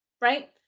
right